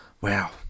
wow